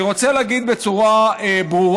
אני רוצה להגיד בצורה ברורה,